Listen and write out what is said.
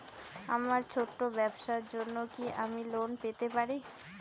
আমার ছোট্ট ব্যাবসার জন্য কি আমি লোন পেতে পারি?